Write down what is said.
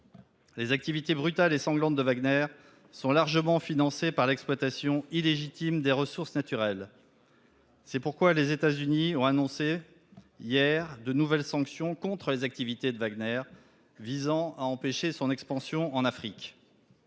Les activités brutales et sanglantes de Wagner sont largement financées par l'exploitation illégitime des ressources naturelles. C'est pourquoi les États-Unis ont annoncé hier de nouvelles sanctions contre les activités de Wagner, qui visent à empêcher son expansion en Afrique.